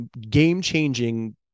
game-changing